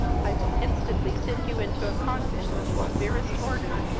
i will instantly send you into a convent of the severest order,